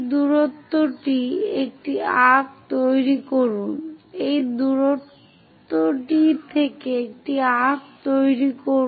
এই দূরত্ব একটি আর্ক্ তৈরি করে